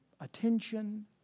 Attention